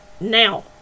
Now